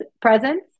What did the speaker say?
presence